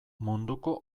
munduko